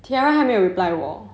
tiara 还没有 reply 我